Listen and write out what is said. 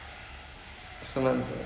aishwarya rajesh